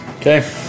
Okay